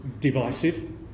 divisive